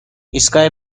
ایستگاه